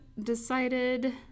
decided